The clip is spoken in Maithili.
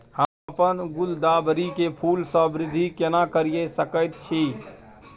हम अपन गुलदाबरी के फूल सो वृद्धि केना करिये सकेत छी?